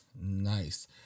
Nice